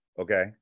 Okay